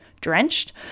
drenched